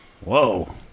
Whoa